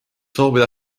soovida